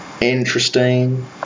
interesting